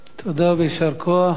תודה ויישר כוח.